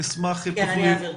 אני אעביר.